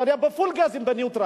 אתה יודע, פול גז בניוטרל,